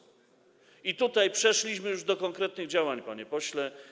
I tutaj przeszliśmy już do konkretnych działań, panie pośle.